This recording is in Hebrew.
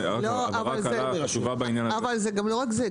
אבל זה גם לא רק זה,